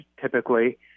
typically